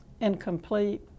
incomplete